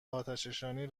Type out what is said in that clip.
آتشنشانی